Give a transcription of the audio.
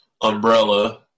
umbrella